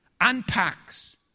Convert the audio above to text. unpacks